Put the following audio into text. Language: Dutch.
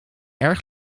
erg